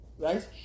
right